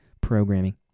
programming